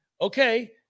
okay